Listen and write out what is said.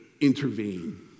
intervene